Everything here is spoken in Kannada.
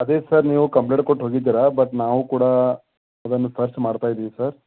ಅದೇ ಸರ್ ನೀವು ಕಂಪ್ಲೇಂಟ್ ಕೊಟ್ಟು ಹೋಗಿದ್ದೀರ ಬಟ್ ನಾವು ಕೂಡ ಅದನ್ನು ಸರ್ಚ್ ಮಾಡ್ತಾಯಿದ್ದೀವಿ ಸರ್